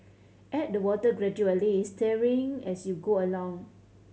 add the water gradually stirring as you go along